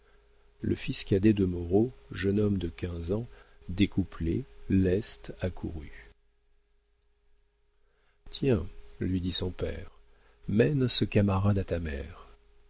le fils cadet de moreau jeune homme de quinze ans découplé leste accourut tiens lui dit son père mène ce camarade à ta mère